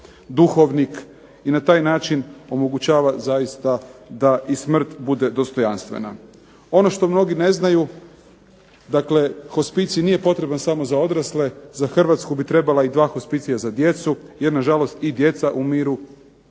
duhovnik i na taj način omogućava zaista da i smrt bude dostojanstvena. Ono što mnogi ne znaju, dakle hospicij nije potreban samo za odrasle. Za Hrvatsku bi trebala i dva hospicija za djecu, jer nažalost i djeca umiru